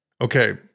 Okay